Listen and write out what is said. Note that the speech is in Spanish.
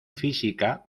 física